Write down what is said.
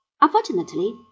Unfortunately